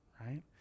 right